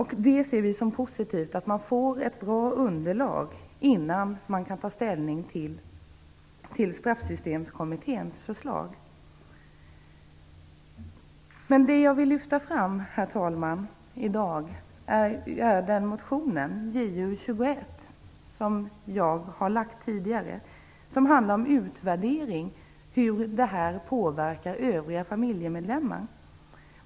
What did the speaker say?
Vi ser det som positivt att man får ett bra underlag innan man kan ta ställning till Det jag vill lyfta fram i dag, herr talman, är motion Ju21, som jag har väckt tidigare och som handlar om en utvärdering av hur det här påverkar övriga familjemedlemmar.